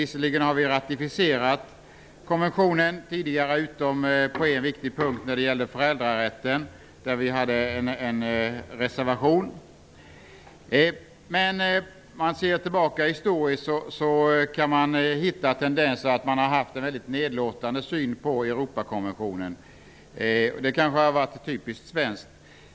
Visserligen har vi ratificerat konventionen tidigare, utom på en viktig punkt som gäller föräldrarätten. Där hade vi en reservation. Historiskt kan man se en tendens till en nedlåtande syn på Europakonventionen. Det har kanske varit typiskt svenskt.